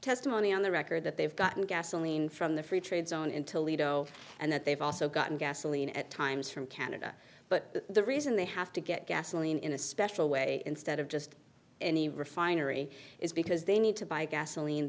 testimony on the record that they've gotten gasoline from the free trade zone in toledo and that they've also gotten gasoline at times from canada but the reason they have to get gasoline in a special way instead of just in the refinery is because they need to buy gasoline